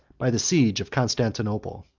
by the siege of constantinople.